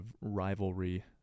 rivalry